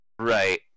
Right